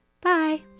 Bye